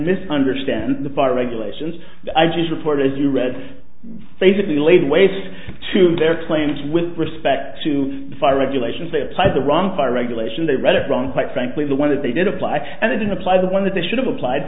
misunderstand the fire regulations i just reported you read basically laid waste to their claims with respect to fire regulations they applied the wrong fire regulation they read it wrong quite frankly the one that they did apply and they didn't apply the one that they should have applied